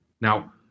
Now